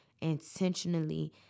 intentionally